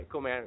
Come